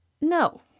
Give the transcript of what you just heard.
No